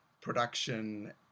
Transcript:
production